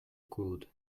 could